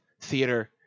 theater